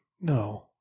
no